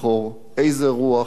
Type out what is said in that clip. איזו טביעת אצבע,